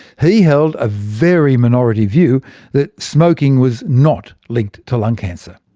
he held a very minority view that smoking was not linked to lung cancer.